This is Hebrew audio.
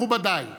מתוך כבוד עמוק